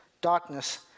darkness